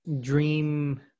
dream